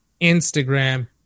Instagram